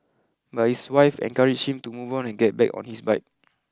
but his wife encouraged him to move on and get back on his bike